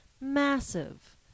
massive